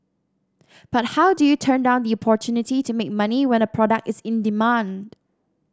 but how do you turn down the opportunity to make money when a product is in demand